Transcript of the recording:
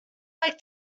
like